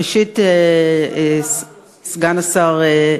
כלכלה, אנחנו מסכימים.